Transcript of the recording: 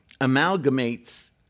amalgamates